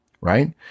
right